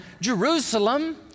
Jerusalem